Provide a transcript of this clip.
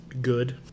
good